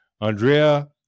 Andrea